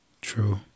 True